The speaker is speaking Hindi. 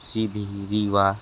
सीधी रीवा